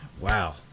Wow